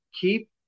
keep